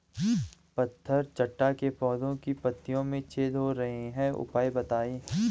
पत्थर चट्टा के पौधें की पत्तियों में छेद हो रहे हैं उपाय बताएं?